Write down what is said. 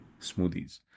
smoothies